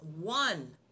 one